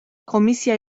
comisia